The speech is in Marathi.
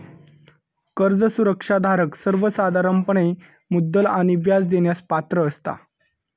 कर्ज सुरक्षा धारक सर्वोसाधारणपणे मुद्दल आणि व्याज देण्यास पात्र असता